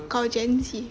kau gen Z